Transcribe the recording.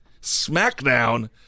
SmackDown